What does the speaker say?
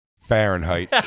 Fahrenheit